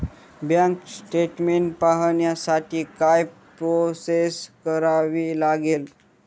Bank statement पाहण्यासाठी काय process करावी लागेल?